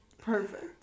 Perfect